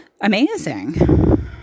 amazing